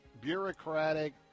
bureaucratic